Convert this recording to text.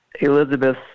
Elizabeth